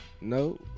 No